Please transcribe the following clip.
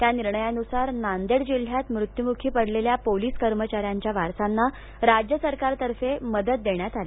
त्या निर्णयानुसार नांदेड जिल्ह्यात मृत्यूमुखी पडलेल्या पोलीस कर्मचाऱ्याच्या वारसांना राज्य सरकार तर्फे मदत देण्यात आली